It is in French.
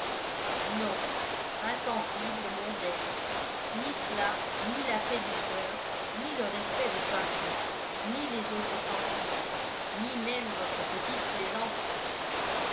non insensible mondaine ni cela ni la paix du cœur ni le respect de soi-même ni les autres sentiments ni même votre petite plaisanterie